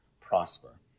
prosper